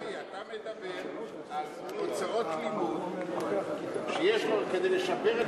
אתה מדבר על הוצאות לימוד שיש לו כדי לשפר את